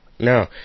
no